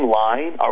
line